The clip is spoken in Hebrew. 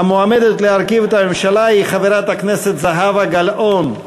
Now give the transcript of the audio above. המועמדת להרכיב את הממשלה היא חברת הכנסת זהבה גלאון.